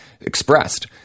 expressed